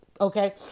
Okay